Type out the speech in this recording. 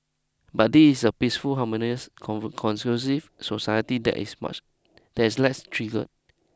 but this is a peaceful harmonious society there is much there is less trigger